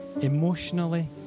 emotionally